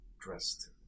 dressed